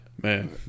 Man